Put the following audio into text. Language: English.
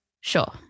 Sure